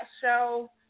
show